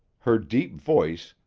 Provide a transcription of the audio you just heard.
her deep voice,